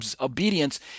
obedience